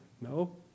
No